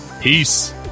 peace